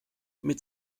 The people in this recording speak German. mit